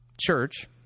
church